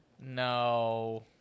No